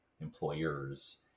employers